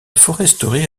foresterie